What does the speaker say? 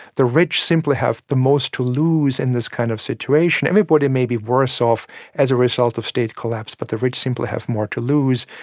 the rich simply have the most to lose in this kind of situation. everybody may be worse off as a result of state collapse, but the rich simply have more to lose.